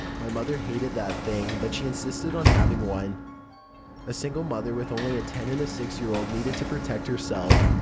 my mother hated that thing, but she insisted on having one a single mother with only a ten and a six year old needed to protect herself.